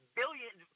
billions